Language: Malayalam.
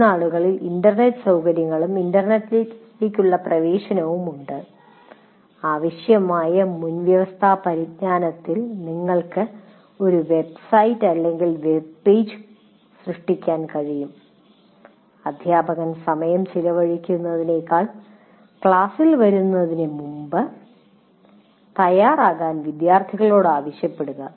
ഇന്നാളുകളിൽ ഇൻറർനെറ്റ് സൌകര്യങ്ങളും ഇൻറർനെറ്റിലേക്കുള്ള പ്രവേശനവും ഉണ്ട് ആവശ്യമായ മുൻവ്യവസ്ഥാപരിജ്ഞാനത്തിൽ നിങ്ങൾക്ക് ഒരു വെബ്സൈറ്റ് വെബ്പേജ് സൃഷ്ടിക്കാൻ കഴിയും അധ്യാപക൯ സമയം ചെലവഴിക്കുന്നതിനേക്കാൾ ക്ലാസിലേക്ക് വരുന്നതിനുമുമ്പ് തയ്യാറാക്കാൻ വിദ്യാർത്ഥികളോട് ആവശ്യപ്പെടുക